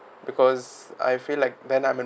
because I feel like then I'm